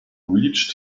reach